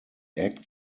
act